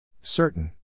Certain